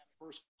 first